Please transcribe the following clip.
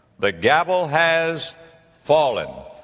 the gavel has fallen.